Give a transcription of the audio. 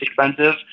expensive